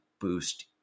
boost